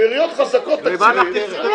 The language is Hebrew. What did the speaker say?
עיריות חזקות תקציבית לא רצו.